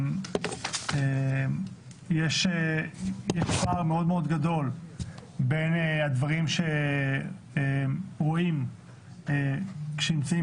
יש פער גדול בין הדברים שרואים כשנמצאים